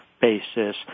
basis